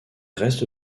reste